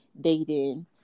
dating